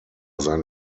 sein